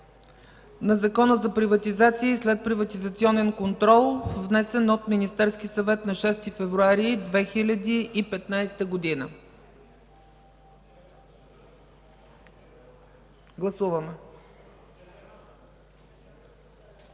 на Закона за приватизация и следприватизационен контрол, внесен от Министерския съвет на 6 февруари 2015 г. Гласували